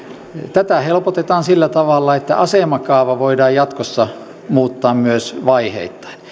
tätä helpotetaan sillä tavalla että asemakaava voidaan jatkossa muuttaa myös vaiheittain